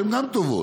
שהן גם טובות,